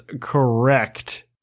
correct